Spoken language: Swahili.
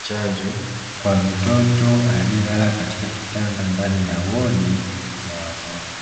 chanjo kwa mtoto aliyelala kitanda ndani ya wodi ya watoto.